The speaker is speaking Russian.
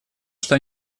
что